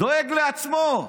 דואג לעצמו.